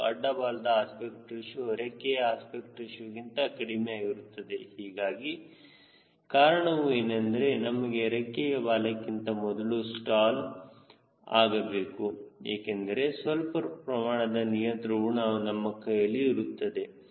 ಮತ್ತು ಅಡ್ಡ ಬಾಲದ ಅಸ್ಪೆಕ್ಟ್ ರೇಶಿಯೋ ರೆಕ್ಕೆಯ ಅಸ್ಪೆಕ್ಟ್ ರೇಶಿಯೋ ಗಿಂತ ಕಡಿಮೆ ಆಗಿರಬೇಕು ಅದಕ್ಕೆ ಕಾರಣವೂ ಏನೆಂದರೆ ನಮಗೆ ರೆಕ್ಕೆಯು ಬಾಲಕ್ಕಿಂತ ಮೊದಲು ಸ್ಟಾಲ್ ಆಗಬೇಕು ಏಕೆಂದರೆ ಸ್ವಲ್ಪ ಪ್ರಮಾಣದ ನಿಯಂತ್ರಣವೂ ನಮ್ಮ ಕೈಯಲ್ಲಿ ಇರುತ್ತದೆ